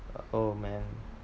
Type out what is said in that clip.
oh man